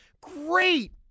Great